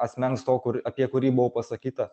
asmens to kur apie kurį buvo pasakyta